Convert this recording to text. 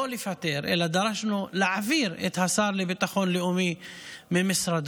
לא לפטר אלא להעביר את השר לביטחון לאומי ממשרדו